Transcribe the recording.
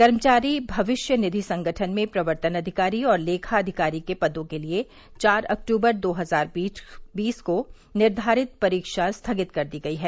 कर्मचारी भविष्य निधि संगठन में प्रवर्तन अधिकारी और लेखाधिकारी के पदों के लिए चार अक्तूबर दो हजार बीस को निर्धारित परीक्षा स्थगित कर दी गई है